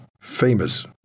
famous